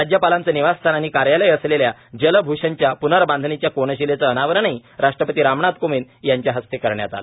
राज्यपालांचे निवासस्थान आणि कार्यालय असलेल्या जल भूषणच्या प्नबांधणीच्या कोनशिलेचे अनावरणही राष्ट्रपती रामनाथ कोविंद यांच्या हस्ते करण्यात आले